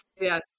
Yes